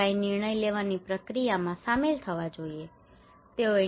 સમુદાય નિર્ણય લેવાની પ્રક્રિયામાં સામેલ થવા જોઈએ